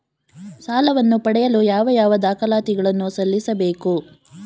ಸಾಲವನ್ನು ಪಡೆಯಲು ಯಾವ ಯಾವ ದಾಖಲಾತಿ ಗಳನ್ನು ಸಲ್ಲಿಸಬೇಕು?